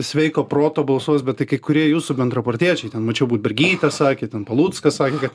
sveiko proto balsuos bet tai kai kurie jūsų bendrapartiečiai ten mačiau budbergytė sakė ten paluckas sakė kad